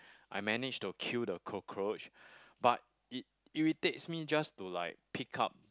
I manage to kill the cockroach but it irritates me just to like pick up